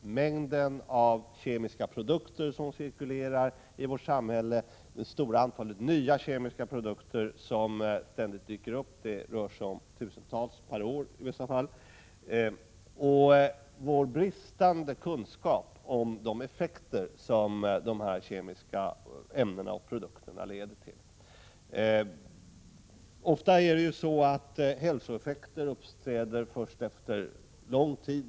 Det finns en mängd kemiska produkter som cirkulerar i vårt samhälle, ett stort antal nya kemiska produkter dyker ständigt upp — det kan röra sig om tusentals produkter per år — och vi har bristande kunskaper om de effekter som de här kemiska ämnena och produkterna leder till. Hälsoriskeffekter uppträder ofta först efter lång tid.